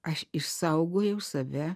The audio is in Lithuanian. aš išsaugojau save